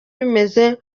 bimeze